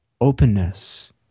openness